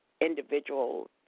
individual